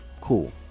Cool